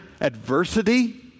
adversity